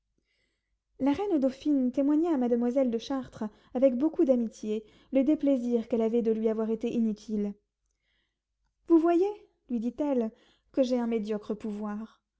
la reine dauphine témoigna à mademoiselle de chartres avec beaucoup d'amitié le déplaisir qu'elle avait de lui avoir été inutile vous voyez lui dit-elle que j'ai un médiocre pouvoir